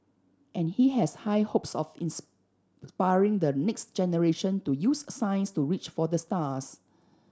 and he has high hopes of inspiring the next generation to use science to reach for the stars